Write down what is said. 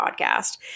podcast